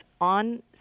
on